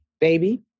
baby